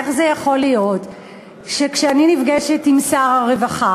איך ייתכן שכשאני נפגשת עם שר הרווחה